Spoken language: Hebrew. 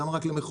למה רק למכולות?